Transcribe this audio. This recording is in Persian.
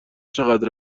چقدر